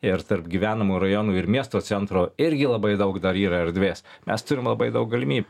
ir tarp gyvenamų rajonų ir miesto centro irgi labai daug dar yra erdvės mes turim labai daug galimyb